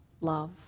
love